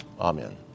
amen